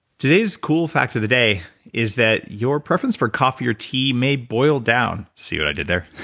today's cool fact of the day is that your preference for coffee or tea may boil down, see what i did there?